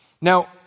now